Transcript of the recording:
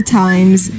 times